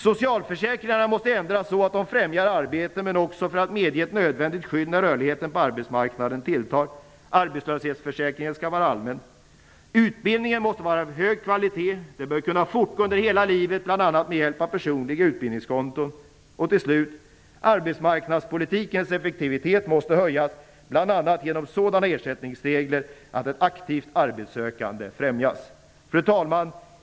Socialförsäkringarna måste ändras så att de främjar arbete men också för att medge ett nödvändigt skydd när rörligheten på arbetsmarknaden tilltar. Utbildningen måste vara av hög kvalitet. Den bör kunna fortgå under hela yrkeslivet, bl.a. med hjälp av personliga utbildningskonton. Slutligen måste arbetsmarknadspolitikens effektivitet höjas, bl.a. genom sådana ersättningsregler att ett aktivt arbetssökande främjas. Fru talman!